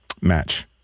Match